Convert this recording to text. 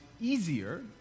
easier